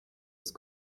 ist